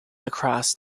across